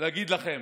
להגיד לכם,